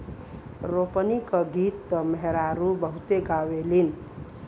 रोपनी क गीत त मेहरारू बहुते गावेलीन